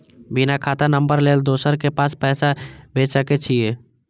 बिना खाता नंबर लेल दोसर के पास पैसा भेज सके छीए?